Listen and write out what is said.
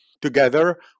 together